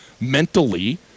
mentally